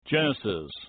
Genesis